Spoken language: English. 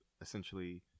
essentially